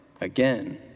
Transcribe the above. again